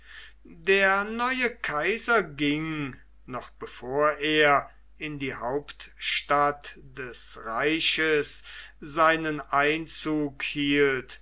der neue kaiser ging noch bevor er in die hauptstadt des reiches seinen einzug hielt